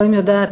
אלוהים יודע,